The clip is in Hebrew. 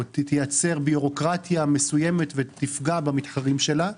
תתייצר בירוקרטיה מסוימת ותפגע במתחרים שלה.